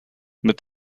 mit